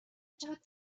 چقد